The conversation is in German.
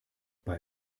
bei